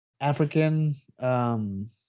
African